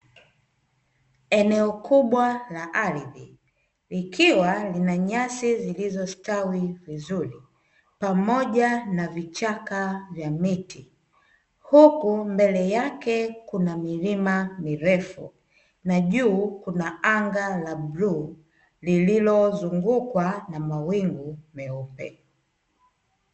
Eneo kubwa la ardhi likiwa lina nyasi zilizostawi vizuri pamoja na vichaka vya miti, huku mbele yake kuna milima mirefu, na juu kuna anga la bluu lililozungukwa na mawingu meupe.